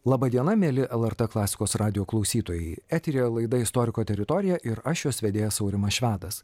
laba diena mieli lrt klasikos radijo klausytojai eteryje laida istoriko teritorija ir aš jos vedėjas aurimas švedas